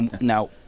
Now